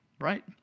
right